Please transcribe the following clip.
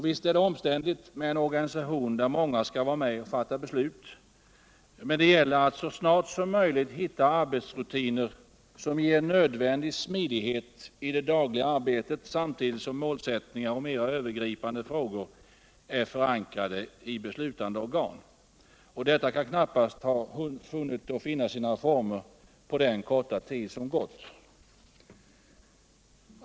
Visst är det omständligt med en organisation där många skall vara med och fatta beslut, men det gäller att så snart som möjligt hitta arbetsrutiner som ger nödvändig smidighet i det dagliga arbetet samtidigt som målsättningar och mera Övergripande frågor är förankrade i beslutande organ. Detta kan knappast ha hunnit finna sina former på den korta tid som gått.